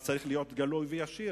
אז צריך להיות גלוי וישיר